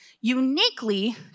uniquely